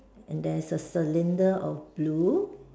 and there is a cylinder of blue